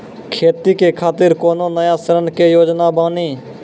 खेती के खातिर कोनो नया ऋण के योजना बानी?